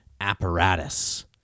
apparatus